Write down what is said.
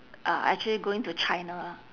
uh actually going to china lah